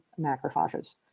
macrophages